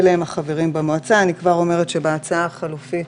אלה הם החברים במועצה": אני כבר אומרת שבהצעה החלופית